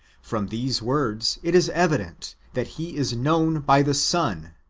from these words it is evident, that he is known by the son,